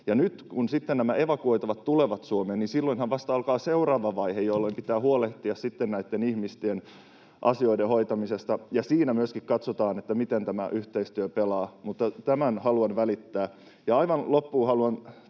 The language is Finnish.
nyt kun nämä evakuoitavat tulevat Suomeen, niin silloinhan vasta alkaa seuraava vaihe, jolloin pitää huolehtia sitten näitten ihmisten asioiden hoitamisesta. Siinä myöskin katsotaan, miten tämä yhteistyö pelaa, mutta tämän haluan välittää. Ja aivan loppuun haluan